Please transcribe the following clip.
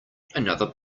another